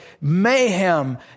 mayhem